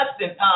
Justin